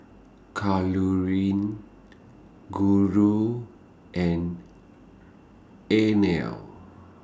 Kalluri Guru and Anil